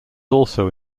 also